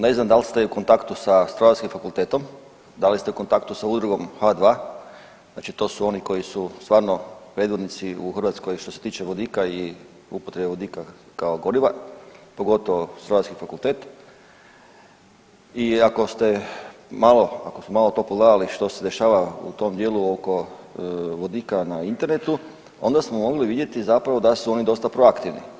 Ne znam da li ste u kontaktu sa strojarskim fakultetom, da li ste u kontaktu sa udrugom H2, znači to su oni koji su stvarno predvodnici u Hrvatskoj što se tiče vodika i upotrebe vodika kao goriva, pogotovo strojarski fakultet i ako ste malo, ako ste malo to pogledali što se dešava u tom dijelu oko vodika na internetu, onda smo mogli vidjeti zapravo da su oni dosta proaktivni.